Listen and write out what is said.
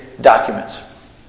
documents